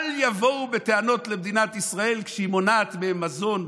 אל יבואו בטענות למדינת ישראל כשהיא מונעת מהם מזון.